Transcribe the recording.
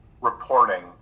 reporting